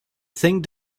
thing